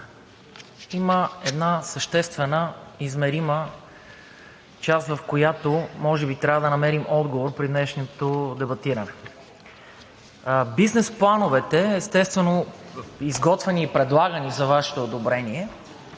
има една съществена измерима част, в която може би трябва да намерим отговор при днешното дебатиране. Бизнес плановете, естествено, изготвени и предлагани за Вашето одобрение,